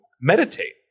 meditate